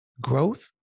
growth